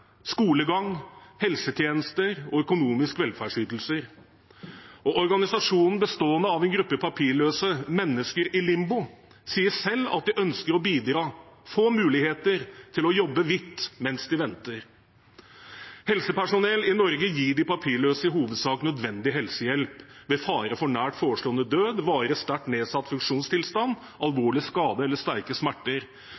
skolegang, helsetjenester og økonomiske velferdsytelser. Organisasjonen bestående av en gruppe papirløse, Mennesker i Limbo, sier selv at de ønsker å bidra og få muligheter til å jobbe hvitt mens de venter. Helsepersonell i Norge gir de papirløse i hovedsak nødvendig helsehjelp ved fare for nært forestående død, varig sterkt nedsatt funksjonstilstand,